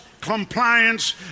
compliance